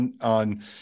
on